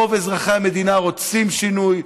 רוב אזרחי המדינה רוצים שינוי.